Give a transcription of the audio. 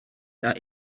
that